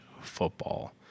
football